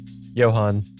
Johan